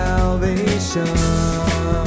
salvation